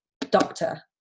doctor